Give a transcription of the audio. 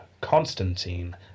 Constantine